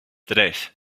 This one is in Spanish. tres